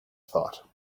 thought